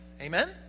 Amen